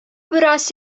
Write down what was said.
biraz